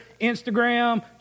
Instagram